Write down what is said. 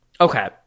okay